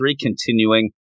continuing